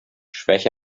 schwäche